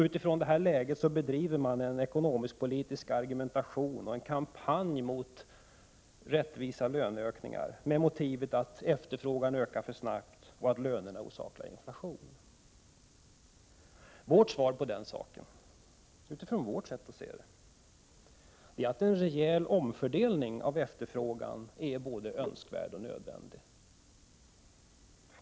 Utifrån detta läge bedriver regeringen en ekonomisk-politisk argumentation och en kampanj mot rättvisa löneökningar, med motivet att efterfrågan ökar för snabbt och att lönerna orsakar inflation. Vpk:s svar på detta är att en rejäl omfördelning av efterfrågan är både önskvärd och nödvändig.